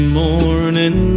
morning